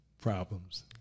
problems